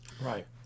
Right